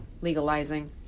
legalizing